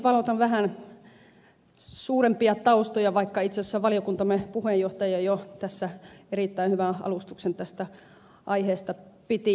valotan vähän suurempia taustoja vaikka itse asiassa valiokuntamme puheenjohtaja jo tässä erittäin hyvän alustuksen tästä aiheesta piti